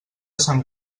sant